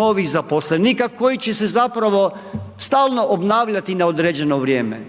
novih zaposlenika koji će se zapravo stalno obnavljati na određeno vrijeme.